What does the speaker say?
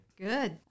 Good